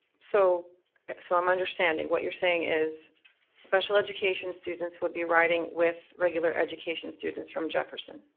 so so i'm understanding, what you're saying is special education students would be riding with regular education students from jefferson.